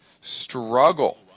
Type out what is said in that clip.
struggle